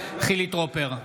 חילי טרופר,